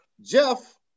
Jeff